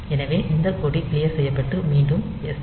எனவே அந்தக் கொடி க்ளியர் செய்யப்பட்டு மீண்டும் SJMP